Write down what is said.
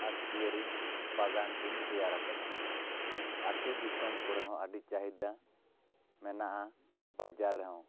ᱟᱨ ᱯᱤᱭᱟᱹᱨᱤ ᱵᱟᱜᱟᱱ ᱫᱩᱧ ᱛᱮᱭᱟᱨ ᱟᱠᱟᱫᱟ ᱟᱛᱳ ᱫᱤᱥᱚᱢ ᱠᱚᱨᱮ ᱦᱚᱸ ᱟᱹᱰᱤ ᱪᱟᱹᱦᱤᱫᱟ ᱢᱮᱱᱟᱜᱼᱟ ᱵᱟᱡᱟᱨ ᱨᱮᱦᱚᱸ